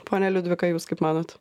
ponia liudvika jūs kaip manot